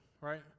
right